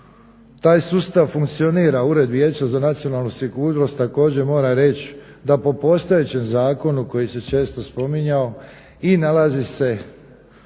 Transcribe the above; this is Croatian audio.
Taj sustav funkcionira Ured vijeća za nacionalnu sigurnost. Također moram reći da po postojećem zakonu koji se često spominjao i nalaze se